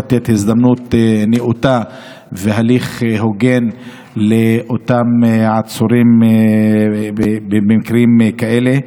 לתת הזדמנות נאותה והליך הוגן לאותם עצורים במקרים כאלה.